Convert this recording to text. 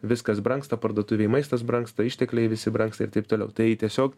viskas brangsta parduotuvėj maistas brangsta ištekliai visi brangsta ir taip toliau tai tiesiog